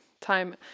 time